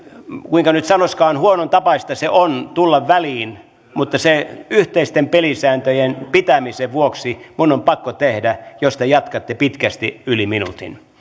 kuinka nyt sanoisinkaan huonotapaista on tulla väliin mutta yhteisten pelisääntöjen pitämisen vuoksi minun on se pakko tehdä jos te jatkatte pitkästi yli minuutin